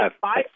five